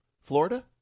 Florida